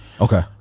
okay